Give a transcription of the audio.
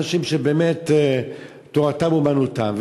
אנשים שתורתם אומנותם,